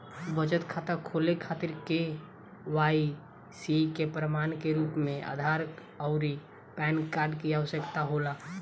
बचत खाता खोले खातिर के.वाइ.सी के प्रमाण के रूप में आधार आउर पैन कार्ड की आवश्यकता होला